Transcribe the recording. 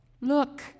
Look